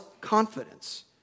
confidence